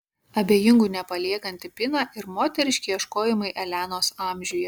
abejingų nepaliekanti pina ir moteriški ieškojimai elenos amžiuje